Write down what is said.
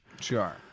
Sure